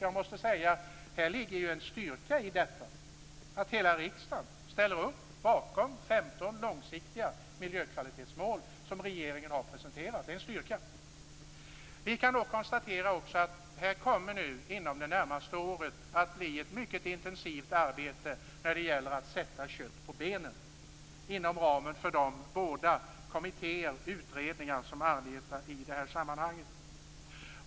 Jag måste säga att det ligger en styrka i att hela riksdagen ställer upp bakom 15 långsiktiga miljökvalitetsmål som regeringen har presenterat. Vi kan också konstatera att det inom det närmaste året kommer att bli ett mycket intensivt arbete för att sätta kött på benen inom ramen för de båda utredningar som arbetar i detta sammanhang.